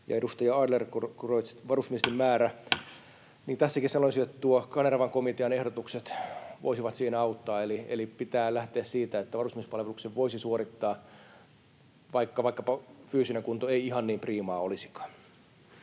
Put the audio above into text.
Ja edustaja Adlercreutz, varusmiesten määrä: tässäkin sanoisin, että tuon Kanervan komitean ehdotukset voisivat siinä auttaa, eli pitää lähteä siitä, että varusmiespalveluksen voisi suorittaa, vaikka fyysinen kunto ei ihan niin priimaa olisikaan.